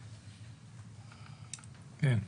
כן.